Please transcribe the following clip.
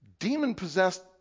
demon-possessed